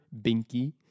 binky